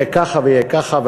יהיה ככה ויהיה ככה,